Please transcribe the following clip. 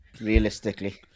realistically